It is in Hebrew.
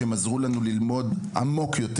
מכיוון שהם עזרו לנו ללמוד עמוק יותר.